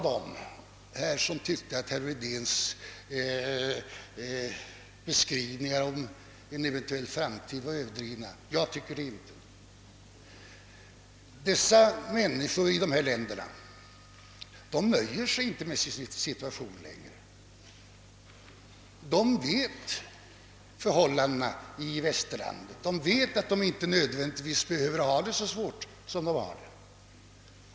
Några kanske tyckte att herr Wedéns beskrivning av eventuella framtidsrisker var överdriven — jag tycker det inte. Människorna i dessa länder nöjer sig inte längre med sin situation. De känner till förhållandena i Västerlandet och vet att de inte nödvändigtvis behöver ha det så svårt, som de har.